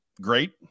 great